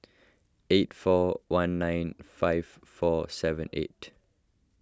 eight four one nine five four seven eight